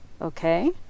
okay